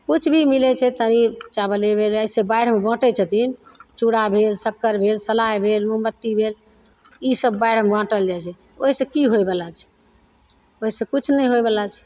किछु भी मिलय छै तनी चावले भेलय ऐसे बाढिमे बाँटय छथिन चूरा भेल शक्कर भेल सलाइ भेल मोमबत्ती भेल ई सब बाढि मे बाँटल जाइ छै तऽ ओइसँ की होइवला छै ओइसँ किछु नहि होइवला छै